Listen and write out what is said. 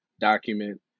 document